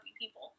people